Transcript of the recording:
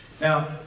Now